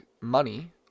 money